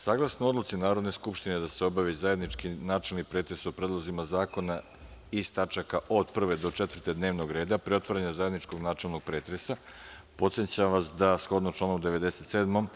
Saglasno odluci Narodne skupštine da se obavi zajednički načelni pretres o predlozima zakona iz tačaka od 1. do 4. dnevnog reda, pre otvaranja zajedničkog načelnog pretresa, podsećam vas da, shodno članu 97.